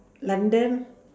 london